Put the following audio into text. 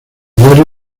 diario